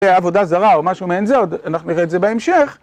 עבודה זרה או משהו מעין זה, אנחנו נראה את זה בהמשך.